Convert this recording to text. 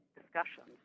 discussions